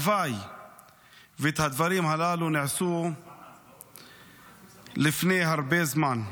הלוואי שהדברים הללו היו נעשים לפני הרבה זמן,